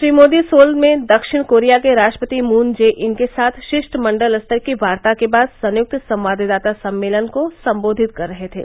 Shri Modi Seoul में दक्षिण Korea के राष्ट्रपति मून जे इन के साथ शिष्टमंडल स्तर की वार्ता के बाद संयुक्त संवाददाता सम्मेलन को संबोधित कर रहे थे